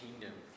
kingdom